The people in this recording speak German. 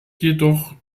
jedoch